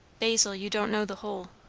basil, you don't know the whole.